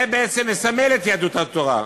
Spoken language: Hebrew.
זה בעצם מסמל את יהדות התורה,